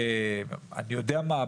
אני יודע מה?